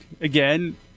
Again